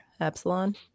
Epsilon